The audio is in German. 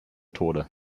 tode